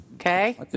Okay